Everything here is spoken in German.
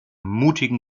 mutigen